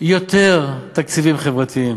יותר תקציבים חברתיים.